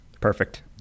Perfect